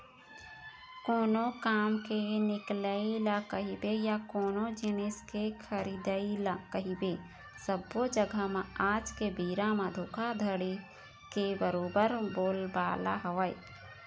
कोनो काम के निकलई ल कहिबे या कोनो जिनिस के खरीदई ल कहिबे सब्बो जघा म आज के बेरा म धोखाघड़ी के बरोबर बोलबाला हवय